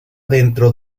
dentro